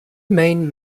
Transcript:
main